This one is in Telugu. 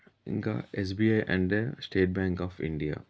ఇంకా ఎస్బిఐ అంటే స్టేట్ బ్యాంక్ ఆఫ్ ఇండియా